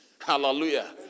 Hallelujah